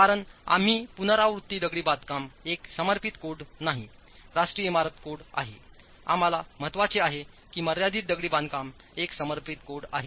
कारण आम्ही पुनरावृत्ती दगडी बांधकाम एक समर्पित कोड नाही राष्ट्रीय इमारत कोड आहे आम्हाला महत्वाचे आहेकिंवामर्यादीत दगडी बांधकाम एक समर्पित कोड आहे